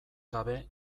gabe